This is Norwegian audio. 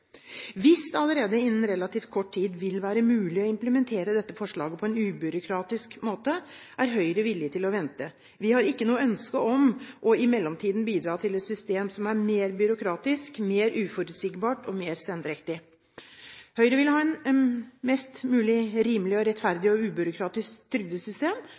Hvis det allerede innen relativt kort tid vil være mulig å implementere dette forslaget på en ubyråkratisk måte, er Høyre villig til å vente. Vi har ikke noe ønske om i mellomtiden å bidra til et system som er mer byråkratisk, mer uforutsigbart og mer sendrektig. Høyre vil ha et mest mulig rimelig, rettferdig og ubyråkratisk trygdesystem.